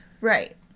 Right